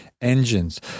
engines